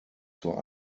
zur